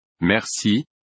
Merci